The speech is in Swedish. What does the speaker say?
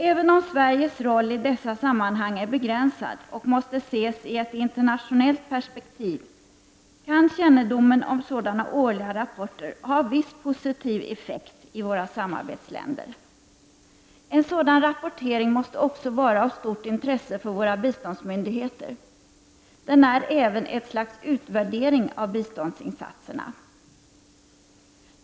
Även om Sveriges roll i dessa sammanhang är begränsad och måste ses i ett internationellt perspektiv, kan kännedomen om sådana årliga rapporter ha viss positiv effekt i våra samarbetsländer. En sådan rapportering måste också vara av stort intresse för våra biståndsmyndigheter. Den är även ett slags utvärdering av biståndsinsatserna.